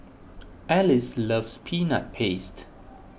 Alice loves Peanut Paste